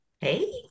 Hey